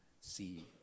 see